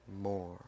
more